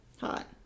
Hot